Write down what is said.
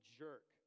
jerk